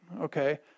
okay